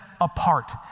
apart